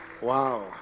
Wow